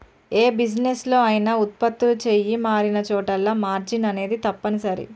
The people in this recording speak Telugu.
యే బిజినెస్ లో అయినా వుత్పత్తులు చెయ్యి మారినచోటల్లా మార్జిన్ అనేది తప్పనిసరి